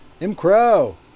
M-Crow